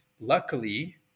Luckily